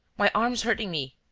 my arm's hurting me.